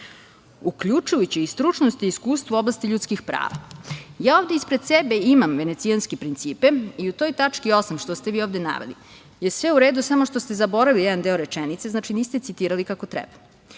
uključujući i stručnost i iskustvo u oblasti ljudskih prava".Ja ovde ispred sebe imam Venecijanske principe i u toj tački osam, što ste naveli, je sve u redu, ali ste zaboravili jedan deo rečenice. Znači, niste citirali kako treba